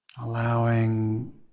Allowing